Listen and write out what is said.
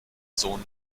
sohn